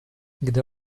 gdy